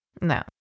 No